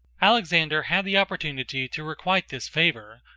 alexander had the opportunity to requite this favor,